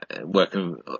working